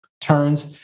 turns